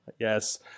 Yes